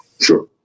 sure